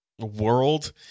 world